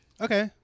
Okay